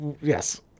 Yes